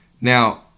Now